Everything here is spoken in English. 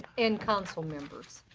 and council members.